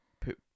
put